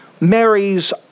marries